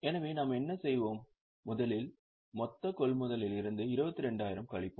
எனவே நாம் என்ன செய்வோம் முதலில் மொத்தகொள்முதலில் இருந்து 22000 கழிப்போம்